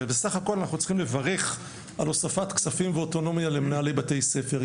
ובסך הכול אנחנו צריכים לברך על הוספת כספים ואוטונומיה למנהלי בתי ספר.